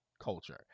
culture